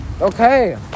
Okay